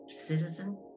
citizen